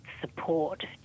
support